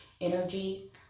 energy